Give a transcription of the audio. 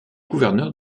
gouverneur